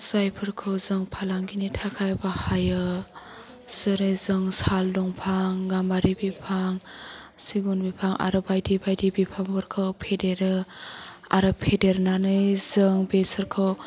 जायफोरखौ जों फालांगिनि थाखाय बाहायो जेरै जों साल दंफां गाम्बारि बिफां सिगुन बिफां आरो बायदि बायदि बिफांफोरखौ फेदेरो आरो फेदेरनानै जों बेसोरखौ